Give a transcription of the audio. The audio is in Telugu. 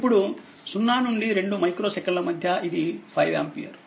ఇప్పుడు 0 నుండి 2 మైక్రో సెకన్ల మధ్య ఇది5 ఆంపియర్